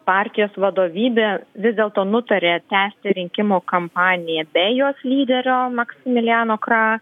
partijos vadovybė vis dėlto nutarė tęsti rinkimų kampaniją be jos lyderio maksimilijano kra